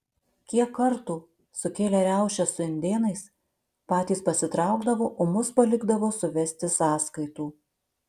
kiek kartų sukėlę riaušes su indėnais patys pasitraukdavo o mus palikdavo suvesti sąskaitų